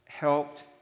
helped